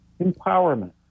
empowerment